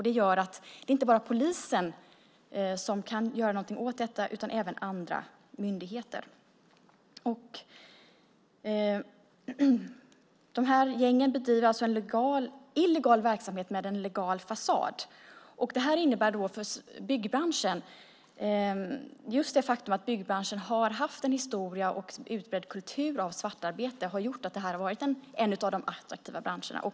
Det gör att det inte bara är polisen som kan göra någonting åt detta utan även andra myndigheter. Gängen bedriver alltså en illegal verksamhet med en legal fasad. Just det faktum att byggbranschen har haft en historia och en utbredd kultur med svartarbete har inneburit att den har varit en av de attraktiva branscherna.